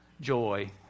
joy